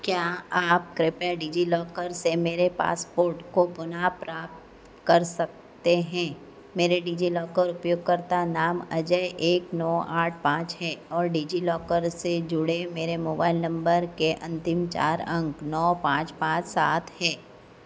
क्या आप कृपया डिजिलॉकर से मेरे पासपोर्ट को पुनः प्राप्त कर सकते हैं मेरे डिजिलॉकर उपयोगकर्ता नाम अजय एक नौ आठ पाँच है और डिजिलॉकर से जुड़े मेरे मोबाइल नंबर के अंतिम चार अंक नौ पाँच पाँच सात है